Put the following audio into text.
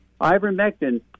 Ivermectin